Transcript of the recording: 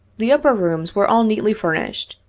the upper rooms were all neatly finished,